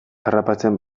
harrapatzen